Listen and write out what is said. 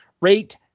rate